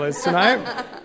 tonight